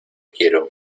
quiero